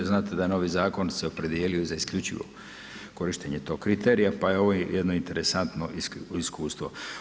Znate da je novi zakon se opredijelio za isključivo korištenje tog kriterija, pa evo jedno interesantno iskustvo.